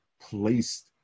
placed